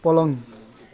पलङ